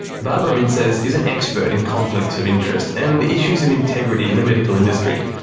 barbara mintzes is an expert in conflicts of interest, and issues of integrity in the medical industry.